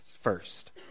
first